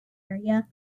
area